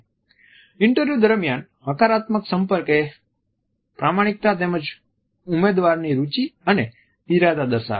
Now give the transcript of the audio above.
interview દરમિયાન હકારાત્મક સંપર્કએ પ્રામાણિકતા તેમજ ઉમેદવારની રુચિ અને ઇરાદા દર્શાવે છે